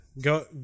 Go